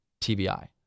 TBI